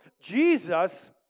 Jesus